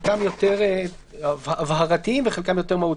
חלקם יותר מהותיים וחלקם יותר הבהרתיים.